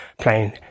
playing